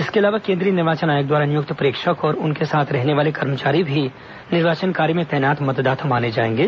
इसके अलावा केंद्रीय निर्वाचन आयोग द्वारा नियुक्त प्रेक्षक और उनके साथ रहने वाले कर्मचारी भी निर्वाचन कार्य में तैनात मतदाता माने जाएंगे